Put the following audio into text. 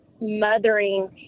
mothering